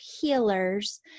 healers